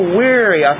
weary